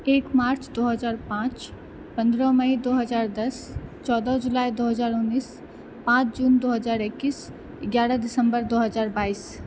एक मार्च दो हजार पाँच पन्द्रह मई दो हजार दस चौदह जुलाइ दो हजार उन्नैस पाँच जून दो हजार एकैस एगारह दिसम्बर दो हजार बाइस